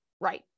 right